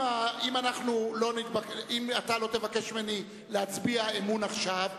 אם אתה לא תבקש ממני להצביע אמון עכשיו,